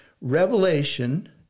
Revelation